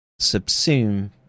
subsume